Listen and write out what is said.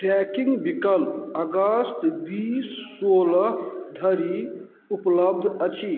tracking विकल्प अगस्त बीस सोलह धरि उपलब्ध अछि